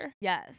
Yes